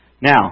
Now